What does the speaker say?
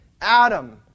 Adam